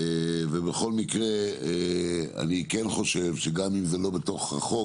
ובכל מקרה אני כן חושב שגם אם זה לא בתוך רחוק